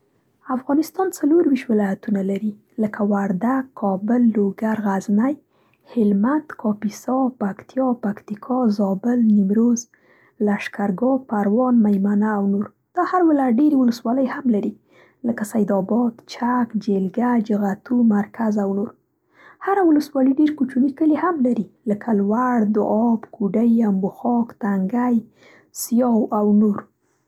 افغانستان ۳۴ ولایتونه لري. لکه وردګ، کابل، لوګر، غزنی، هلمند، کاپیسا، پکتیا، پکتیکا، زابل، نیمروز، لشکرګاه، پروان، میمنه او نور. دا هر ولایت ډېرې ولسوالۍ هم لري، لکه سید آباد، چک، جېلګه، جغتو، مرکز او نور. هره ولسوالي ډېر کوچني کلي هم لري، لکه لوړ، ډوآب، کوډۍ، امبوخاک، تنګی، سیاو او نور.